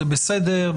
זה בסדר,